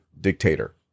dictator